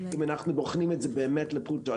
אם אנחנו בוחנים את זה באמת לפרוטות,